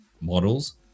models